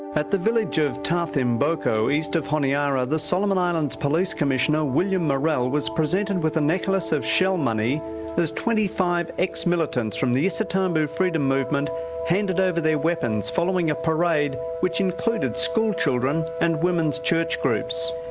at the village of tathemboko east of honiara, the solomon islands police commissioner, william morrell, was presented with a necklace of shell money as twenty five ex-militants from the isatabu freedom movement handed over their weapons following a parade which included schoolchildren and women's church groups.